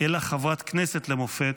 אלא חברת כנסת למופת,